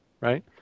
right